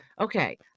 Okay